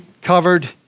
covered